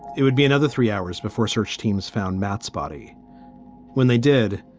it would be another three hours before search teams found matt's body when they did.